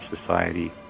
society